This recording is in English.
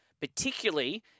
particularly